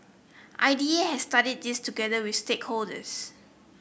I D A has studied this together with stakeholders